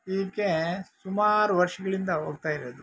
ಇದ್ಕೆ ಸುಮಾರು ವರ್ಷಗಳಿಂದ ಹೋಗ್ತಾ ಇರೋದು